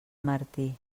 martí